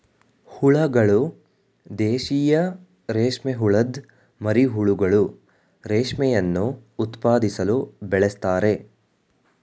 ಹುಳಗಳು ದೇಶೀಯ ರೇಷ್ಮೆಹುಳದ್ ಮರಿಹುಳುಗಳು ರೇಷ್ಮೆಯನ್ನು ಉತ್ಪಾದಿಸಲು ಬೆಳೆಸ್ತಾರೆ